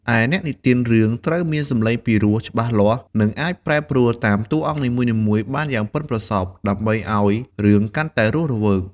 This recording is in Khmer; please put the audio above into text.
ឯអ្នកនិទានរឿងត្រូវមានសំឡេងពីរោះ ច្បាស់លាស់ និងអាចប្រែប្រួលតាមតួអង្គនីមួយៗបានយ៉ាងប៉ិនប្រសប់ ដើម្បីឲ្យរឿងកាន់តែរស់រវើក។